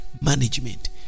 management